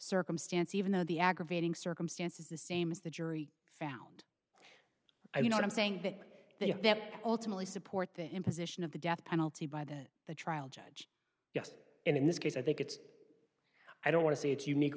circumstance even though the aggravating circumstance is the same as the jury found i mean i'm saying that they have that ultimately support the imposition of the death penalty by the the trial judge yes and in this case i think it's i don't want to say it's unique